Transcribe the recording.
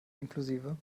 inklusive